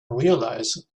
realize